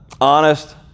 honest